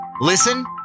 Listen